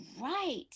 right